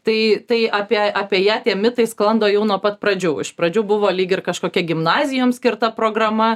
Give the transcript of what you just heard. tai tai apie apie ją tie mitai sklando jau nuo pat pradžių iš pradžių buvo lyg ir kažkokia gimnazijoms skirta programa